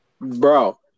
Bro